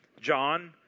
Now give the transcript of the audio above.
John